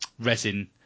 resin